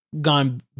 gone